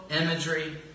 imagery